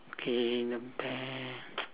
okay the bear